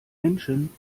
menschen